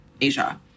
Asia